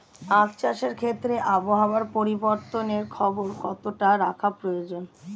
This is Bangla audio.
আখ চাষের ক্ষেত্রে আবহাওয়ার পরিবর্তনের খবর কতটা রাখা প্রয়োজন?